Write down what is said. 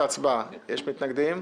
הצבעה בעד ההצעה פה אחד נגד, אין נמנעים,